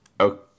Okay